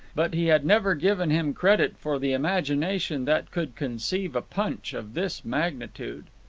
but he had never given him credit for the imagination that could conceive a punch of this magnitude.